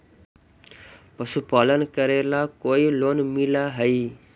पशुपालन करेला कोई लोन मिल हइ?